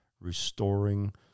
restoring